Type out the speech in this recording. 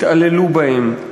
התעללו בהם,